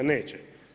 Neće.